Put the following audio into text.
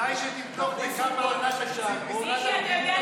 כדאי שתבדוק בכמה עלה תקציב משרד הבריאות